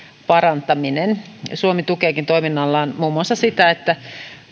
parantaminen ja suomi tukeekin toiminnallaan muun muassa sitä että